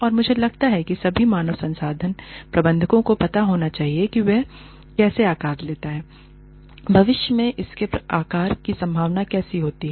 और मुझे लगता है सभी मानव संसाधन प्रबंधकों को पता होना चाहिए कि यह कैसे आकार देने वाला है भविष्य में इसके आकार की संभावना कैसी है